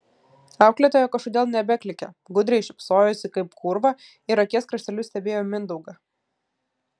auklėtoja kažkodėl nebeklykė gudriai šypsojosi kaip kūrva ir akies krašteliu stebėjo mindaugą